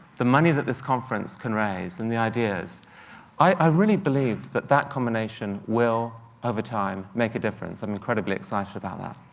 the money that this conference can raise and the ideas i really believe that that combination will, over time, make a difference. i'm incredibly excited about that.